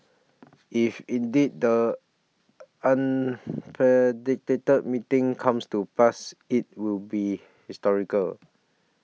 if indeed the unpredicted meeting comes to pass it will be historical